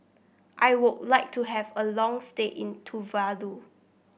I would like to have a long stay in Tuvalu